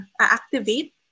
activate